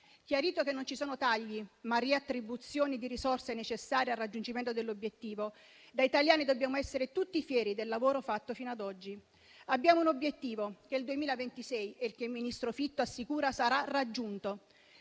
Chiarito che non ci sono tagli, ma riattribuzioni di risorse necessarie al raggiungimento dell'obiettivo, da italiani dobbiamo essere tutti fieri del lavoro fatto fino ad oggi. Abbiamo un obiettivo, che nel 2026 il ministro Fitto assicura sarà raggiunto.